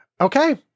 Okay